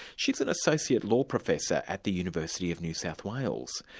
she's an associate law professor at the university of new south wales.